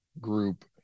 group